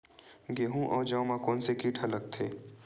गेहूं अउ जौ मा कोन से कीट हा लगथे?